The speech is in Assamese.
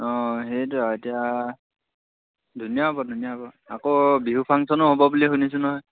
অঁ সেইটো আৰু এতিয়া ধুনীয়া হ'ব ধুনীয়া হ'ব আকৌ বিহু ফাংচনো হ'ব বুলি শুনিছোঁ নহয়